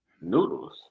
noodles